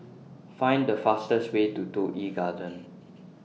Find The fastest Way to Toh Yi Garden